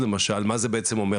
מה זה בעצם אומר?